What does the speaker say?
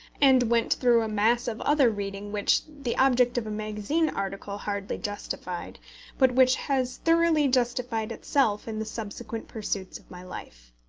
and went through a mass of other reading which the object of a magazine article hardly justified but which has thoroughly justified itself in the subsequent pursuits of my life.